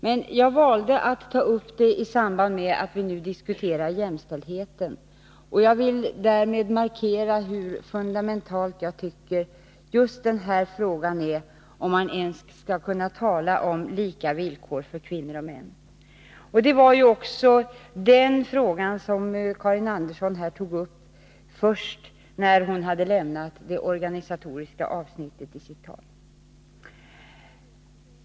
Men jag valde att ta upp saken i samband med att vi nu diskuterar jämställdheten, och jag vill därmed markera hur fundamental jag tycker just den här frågan är om man ens skall kunna tala om lika villkor för kvinnor och män. Det var ju också den frågan som Karin Andersson först tog upp, när hon hade lämnat det organisatoriska avsnittet i sitt tal.